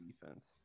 defense